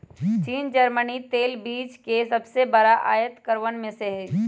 चीन जर्मनी तेल बीज के सबसे बड़ा आयतकरवन में से हई